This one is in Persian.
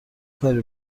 کاری